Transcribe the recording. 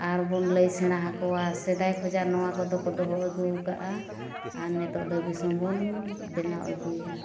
ᱟᱨᱵᱚᱱ ᱞᱟᱹᱭ ᱥᱮᱬᱟ ᱟᱠᱚᱣᱟ ᱥᱮᱫᱟᱭ ᱠᱷᱚᱱᱟᱜ ᱱᱚᱣᱟ ᱠᱚᱫᱚ ᱠᱚ ᱫᱚᱦᱚ ᱟᱹᱜᱩ ᱠᱟᱜᱼᱟ ᱟᱨ ᱱᱤᱛᱚᱜ ᱫᱚ ᱥᱩᱫᱷᱩ ᱵᱚᱱ ᱵᱮᱱᱟᱣ ᱟᱹᱜᱩᱭᱟ